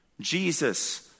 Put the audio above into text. Jesus